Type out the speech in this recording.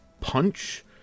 punch